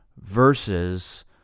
versus